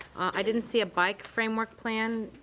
i didn't see a bike framework plan.